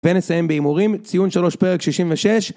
ונסיים בהימורים ציון 3 פרק 66